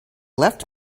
left